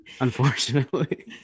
unfortunately